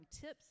tips